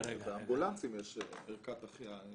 באמבולנסים יש ערכת החייאה.